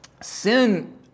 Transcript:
Sin